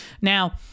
Now